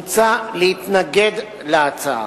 מוצע להתנגד להצעה.